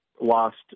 lost